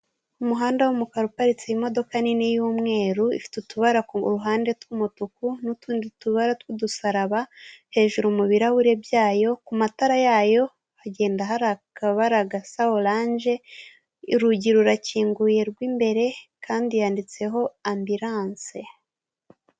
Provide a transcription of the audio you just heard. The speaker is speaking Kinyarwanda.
Umuhanda wumukara uparitse imodoka nini yumweru ifite utubara kuruhande tw’ umutuku n'utundi tubara tw' udusaraba, hejuru mubihure byayo ku matara yayo hagenda hari akabara gasa orange urugi rurakinguye rwimbere kandi yanditseho ambulance.